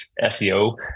SEO